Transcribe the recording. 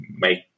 make